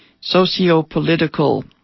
socio-political